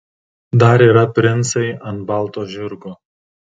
dar yra princai ant balto žirgo